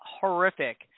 horrific